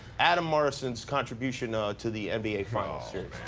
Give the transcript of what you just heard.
adam morrison's contribution ah to the nba final series.